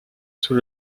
sous